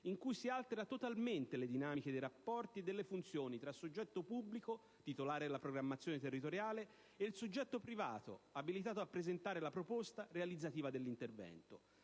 in cui si alterano totalmente le dinamiche dei rapporti e delle funzioni tra il soggetto pubblico, titolare della programmazione territoriale, e il soggetto privato, abilitato a presentare la proposta realizzativa dell'intervento.